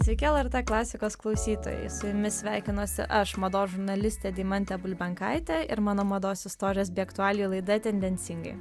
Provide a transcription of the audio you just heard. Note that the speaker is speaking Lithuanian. sveiki lrt klasikos klausytojai su jumis sveikinuosi aš mados žurnalistė deimantė bulbenkaitė ir mano mados istorijos bei aktualijų laida tendencingai